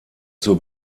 zur